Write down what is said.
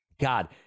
God